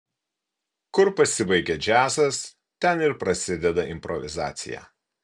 kur pasibaigia džiazas ten ir prasideda improvizacija